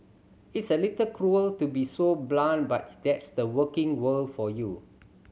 it's a little cruel to be so blunt but that's the working world for you